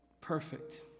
perfect